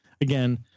Again